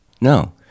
No